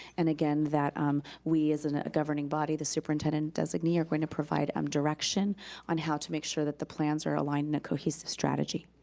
and again, that um we as an governing body, the superintendent, designee are gonna provide um direction on how to make sure that the plans are aligned in a cohesive strategy.